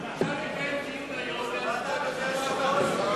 אפשר לקיים דיון היום ולהצביע בשבוע הבא.